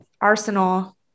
arsenal